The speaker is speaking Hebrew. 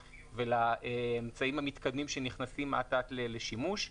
ולאמצעים המתקדמים שנכנסים אט אט לשימוש,